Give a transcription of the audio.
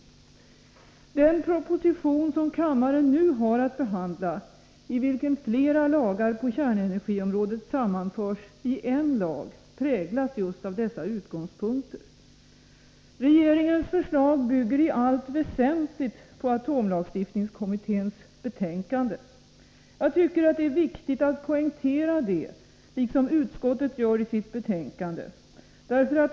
Den proposition som kammaren nu har att behandla, i vilken fiera lagar på kärnenergiområdet sammanförs i en enda lag, präglas just av dessa utgångspunkter. Regeringens förslag bygger i allt väsentligt på atomlagstiftningskommitténs betänkande. Jag tycker att det är viktigt att poängtera detta, liksom utskottet gör det i sitt betänkande.